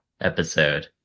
episode